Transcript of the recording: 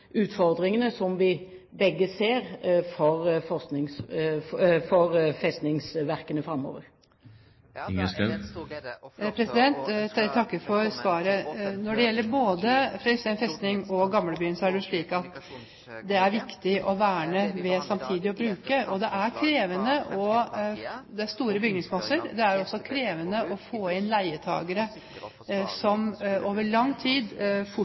utfordringene som vi begge ser for festningsverkene framover. Jeg takker for svaret. Når det gjelder både Fredriksten festning og Gamlebyen, er det slik at det er viktig å verne ved samtidig å bruke. Det er krevende – det er store bygningsmasser. Det er også krevende å få inn leietakere som over lang tid,